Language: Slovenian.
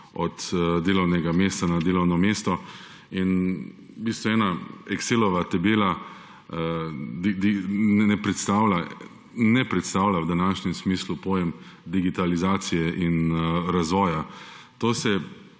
od delovnega mesta na delovno mesto in v bistvu ena Excelova tabela ne predstavlja v današnjem smislu pojem digitalizacije in razvoja. To se